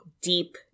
deep